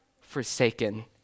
forsaken